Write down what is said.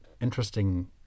interesting